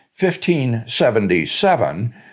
1577